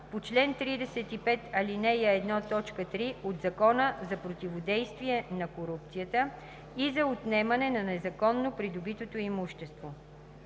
по чл. 35, ал. 1, т. 3 от Закона за противодействие на корупцията и за отнемане на незаконно придобитото имущество.